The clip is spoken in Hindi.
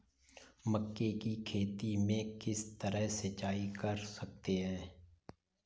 मक्के की खेती में किस तरह सिंचाई कर सकते हैं?